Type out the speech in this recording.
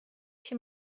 się